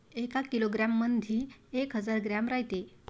एका किलोग्रॅम मंधी एक हजार ग्रॅम रायते